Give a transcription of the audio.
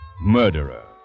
murderer